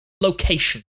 location